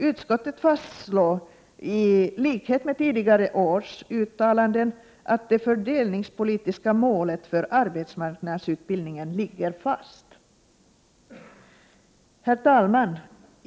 Utskottet fastslår, i likhet med tidigare års uttalanden, att det fördelningspolitiska målet för arbetsmarknadsutbildningen ligger fast. Herr talman!